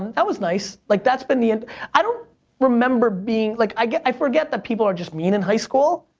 and that was nice, like that's been the and i don't remember being, like i i forget that people are just mean in high school,